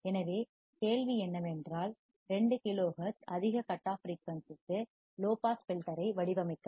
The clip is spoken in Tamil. எனவே கேள்வி என்னவென்றால் 2 கிலோஹெர்ட்ஸ் அதிக கட் ஆஃப் ஃபிரீயூன்சிக்கு லோ பாஸ் ஃபில்டர் ஐ வடிவமைக்கவும்